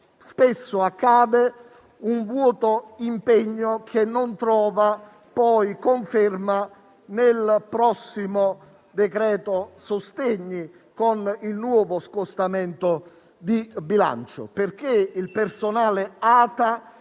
spesso accade - un vuoto impegno che poi non troverà conferma nel prossimo decreto sostegni, con il nuovo scostamento di bilancio. Il personale ATA